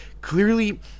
clearly